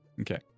Okay